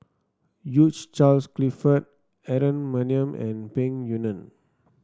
Hugh Charles Clifford Aaron Maniam and Peng Yuyun